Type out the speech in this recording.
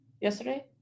yesterday